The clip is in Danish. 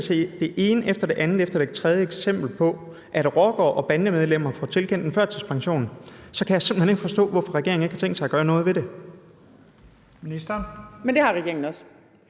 det ene efter det andet efter det tredje eksempel på, at rockere og bandemedlemmer får tilkendt en førtidspension, kan jeg simpelt hen ikke forstå, hvorfor regeringen ikke har tænkt sig at gøre noget ved det. Kl. 15:14 Første